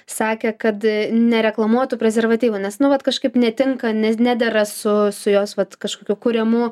sakė kad nereklamuotų prezervatyvo nes nu vat kažkaip netinka ne nedera su su jos vat kažkokiu kuriamu